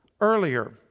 earlier